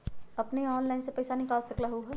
अपने ऑनलाइन से पईसा निकाल सकलहु ह?